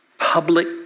public